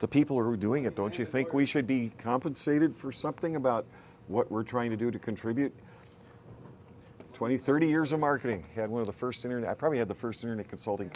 the people who are doing it don't you think we should be compensated for something about what we're trying to do to contribute twenty thirty years of marketing had one of the first internet probably had the first internet consulting